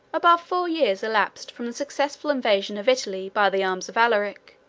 above four years elapsed from the successful invasion of italy by the arms of alaric,